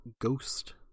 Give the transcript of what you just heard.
Ghost